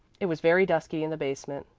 it was very dusky in the basement.